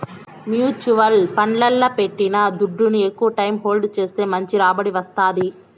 mutual ఫండ్లల్ల పెట్టిన దుడ్డుని ఎక్కవ టైం హోల్డ్ చేస్తే మంచి రాబడి వస్తాది